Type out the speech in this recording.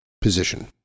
position